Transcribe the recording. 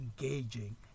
engaging